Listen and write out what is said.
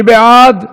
מי בעד?